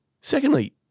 Secondly